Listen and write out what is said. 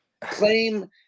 Claim